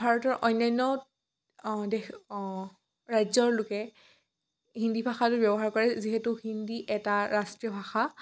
ভাৰতৰ অন্যান্য দেশ ৰাজ্যৰ লোকে হিন্দী ভাষাটো ব্যৱহাৰ কৰে যিহেতু হিন্দী এটা ৰাষ্ট্ৰীয় ভাষা